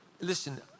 listen